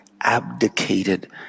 abdicated